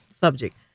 subject